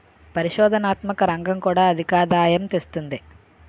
పరిశోధనాత్మక రంగం కూడా అధికాదాయం తెస్తుంది